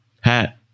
hat